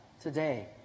today